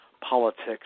politics